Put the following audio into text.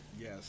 yes